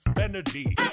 energy